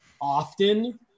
often